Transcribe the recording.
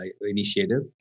initiative